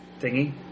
thingy